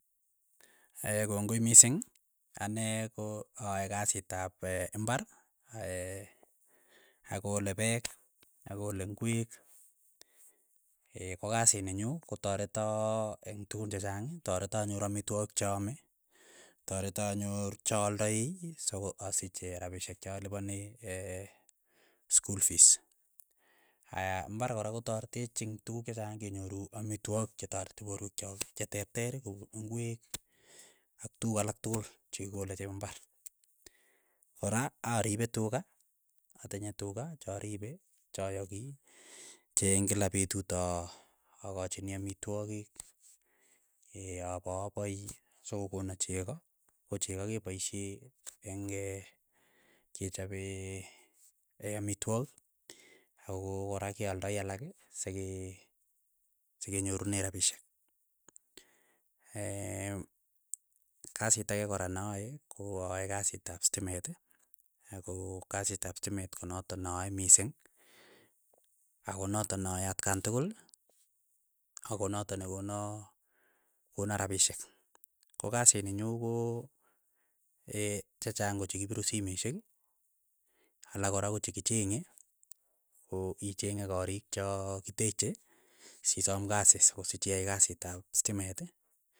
kongoi mising, ane ko aae kasit ap imbar, akole pek, akole ingwek ko kasi ni nyu kotareto eng' tukun chechang, tareto anyor amitwogik cha ame, tareto anyor cha aaldai soko asich rapishek cha alipane skul fiis. aya imbar kora kotaretech ing' tukuk che chang kenyoru amitwogik che tareti porwek chok, che terter kouu ingwek, ak tukuk alak tukul che kikole achek imbar, kora aripe tuka atinye tuka charipe chayaki che eng kila petut aa akachini amitwogik apaapai sokokona cheko, ko cheko kepaishe eng' kechape amitwogik akora kealdai alak sekee sekenyorune rapishek kasit ake kora na ae ko aae kasit ap stimet, ako kasit ap stimet konatak na ae mising, akonatak na ae atkan tukul, akonatak ne kona kona rapishek, ko kasit ni nyu ko chechang kochekipiru simeshek, alak kora kochekichenge, ko ichenge korik cha kiteche, si som kasi sikosich i ai kasit ap stimet.